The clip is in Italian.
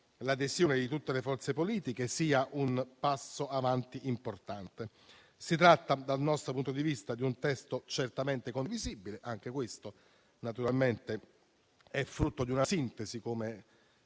significativo e che sia un passo avanti importante. Si tratta dal nostro punto di vista di un testo certamente condivisibile: anche questo naturalmente è frutto di una sintesi, come